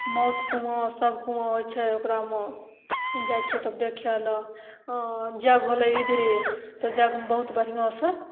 मौत कुआँ सब कुआँ होइ छै ओकरामे जाइ छिए तब देखै ले आओर यज्ञ होलै इधरे तऽ यज्ञमे बहुत बढ़िआँसे